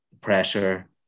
pressure